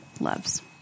loves